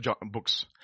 books